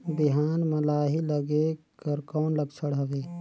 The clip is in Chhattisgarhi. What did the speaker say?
बिहान म लाही लगेक कर कौन लक्षण हवे?